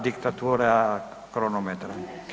Diktatura kronometra.